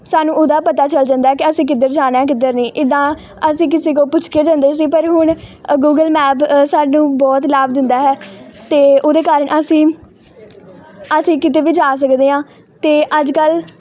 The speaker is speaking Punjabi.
ਸਾਨੂੰ ਉਹਦਾ ਪਤਾ ਚੱਲ ਜਾਂਦਾ ਕਿ ਅਸੀਂ ਕਿੱਧਰ ਜਾਣਾ ਕਿੱਧਰ ਨਹੀਂ ਇਹਦਾ ਅਸੀਂ ਕਿਸੇ ਕੋਲ ਪੁੱਛ ਕੇ ਜਾਂਦੇ ਸੀ ਪਰ ਹੁਣ ਅ ਗੂਗਲ ਮੈਪ ਸਾਨੂੰ ਬਹੁਤ ਲਾਭ ਦਿੰਦਾ ਹੈ ਅਤੇ ਉਹਦੇ ਕਾਰਨ ਅਸੀਂ ਅਸੀਂ ਕਿਤੇ ਵੀ ਜਾ ਸਕਦੇ ਹਾਂ ਅਤੇ ਅੱਜ ਕੱਲ੍ਹ